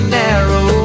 narrow